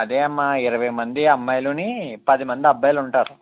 అదే అమ్మా ఇరవై మంది అమ్మాయిలు పది మంది అబ్బాయిలు ఉంటారు